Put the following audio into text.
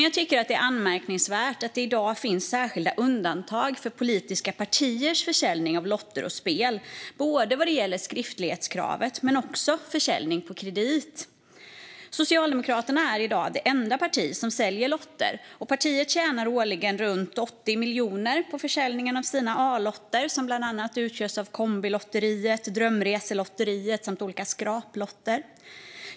Jag tycker det är anmärkningsvärt att det i dag finns särskilda undantag för politiska partiers försäljning av lotter och spel vad gäller både skriftlighetskravet och försäljning på kredit. Socialdemokraterna är i dag det enda parti som säljer lotter. Partiet tjänar årligen runt 80 miljoner på försäljningen av sina A-lotter som bland annat utgörs av Kombilotteriet, Drömreselotteriet samt olika skraplotter.